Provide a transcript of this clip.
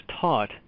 taught